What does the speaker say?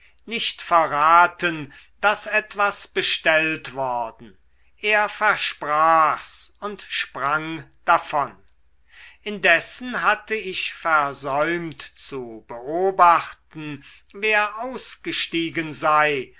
nicht verraten daß etwas bestellt worden er versprach's und sprang davon indessen hatte ich versäumt zu beobachten wer ausgestiegen sei